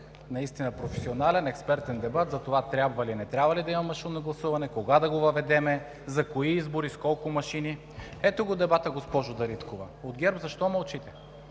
наистина професионален експертен дебат за това трябва ли, не трябва ли да има машинно гласуване, кога да го въведем, за кои избори, с колко машини? Ето дебата, госпожо Дариткова. От ГЕРБ защо мълчите?